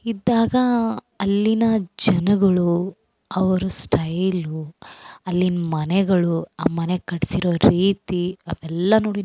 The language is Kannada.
ಇದ್ದಾಗ ಅಲ್ಲಿನ ಜನಗಳು ಅವ್ರ ಸ್ಟೈಲೂ ಅಲ್ಲಿನ ಮನೆಗಳು ಆ ಮನೆ ಕಟ್ಸಿರೊ ರೀತಿ ಅವೆಲ್ಲ ನೋಡಿ